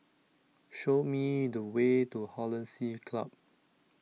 Show Me The Way to Hollandse Club